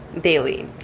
daily